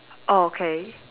okay